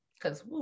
Cause